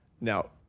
Now